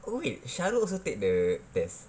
oh wait sharul also take the test